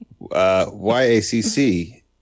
YACC